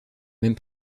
même